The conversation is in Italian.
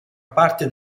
parte